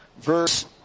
verse